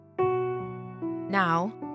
Now